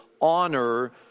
honor